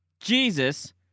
Jesus